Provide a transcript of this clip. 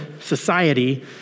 society